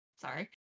Sorry